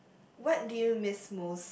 what do you miss most